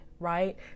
right